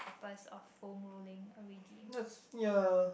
purpose of foam rolling already yup